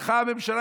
הלכה הממשלה,